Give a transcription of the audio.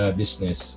business